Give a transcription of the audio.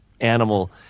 animal